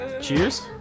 Cheers